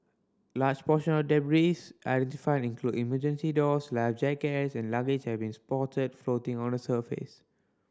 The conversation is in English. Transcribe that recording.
large portions of debris identified include emergency doors life jackets and luggage have been spotted floating on the surface